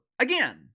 Again